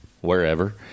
wherever